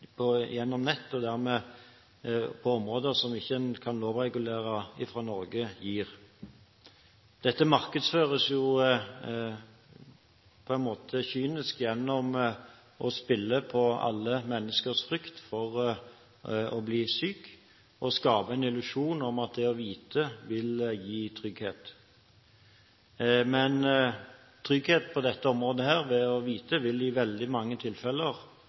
nett – og dermed på områder som en ikke kan lovregulere fra Norge – gir. Dette markedsføres jo på en måte kynisk gjennom å spille på alle menneskers frykt for å bli syk, og det skapes en illusjon om at det å vite vil gi trygghet. Men trygghet på dette området ved å vite vil i veldig mange tilfeller